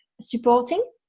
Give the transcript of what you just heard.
supporting